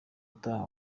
utaha